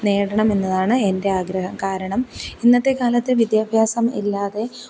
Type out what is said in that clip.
നേടണമെന്നതാണ് എന്റെ ആഗ്രഹം കാരണം ഇന്നത്തെ കാലത്ത് വിദ്യാഭ്യാസം ഇല്ലാതെ